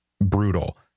brutal